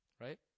right